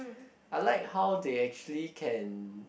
I like how they actually can